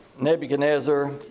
Nebuchadnezzar